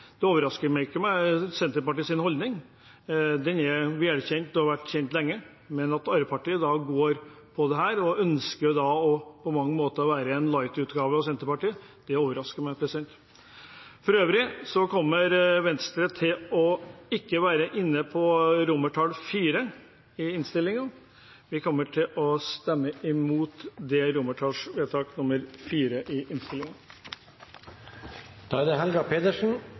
holdning overrasker meg ikke – den er velkjent og har vært kjent lenge. Men at Arbeiderpartiet går for dette og på mange måter ønsker å være en «light-utgave» av Senterpartiet, overrasker meg. For øvrig kommer Venstre til å stemme imot IV i innstillingen. Helga Pedersen